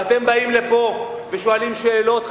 ואתם באים לפה ושואלים שאלות,